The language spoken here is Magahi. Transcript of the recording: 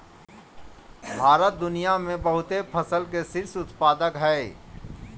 भारत दुनिया में बहुते फसल के शीर्ष उत्पादक हइ